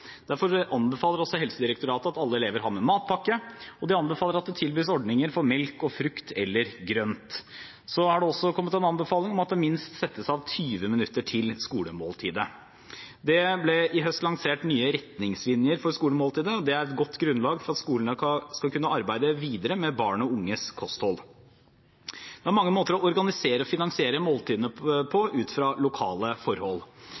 Derfor anbefaler også Helsedirektoratet at alle elever har med matpakke, og de anbefaler at det tilbys ordninger for melk og frukt eller grønt. Så har det også kommet en anbefaling om at det settes av minst 20 minutter til skolemåltidet. Det ble i høst lansert nye retningslinjer for skolemåltidet. Det er et godt grunnlag for at skolene skal kunne arbeide videre med barn og unges kosthold. Det er mange måter å organisere og finansiere måltidene på ut fra lokale forhold.